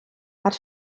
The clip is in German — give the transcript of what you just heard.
hat